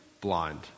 blind